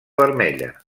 vermella